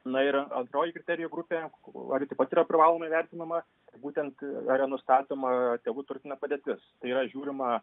na ir antroji kriterijų grupė ar ji taip pat privalomai yra vertinama būtent ar yra nustatoma tėvų turtinė padėtis yra žiūrima